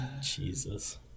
Jesus